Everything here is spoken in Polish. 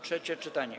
Trzecie czytanie.